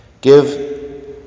give